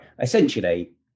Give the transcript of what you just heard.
Essentially